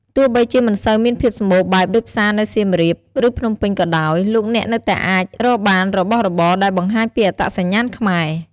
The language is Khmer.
ទោះបីជាមិនសូវមានភាពសម្បូរបែបដូចផ្សារនៅសៀមរាប ឬភ្នំពេញក៏ដោយ លោកអ្នកនៅតែអាចរកបានរបស់របរដែលបង្ហាញពីអត្តសញ្ញាណខ្មែរ។